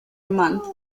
month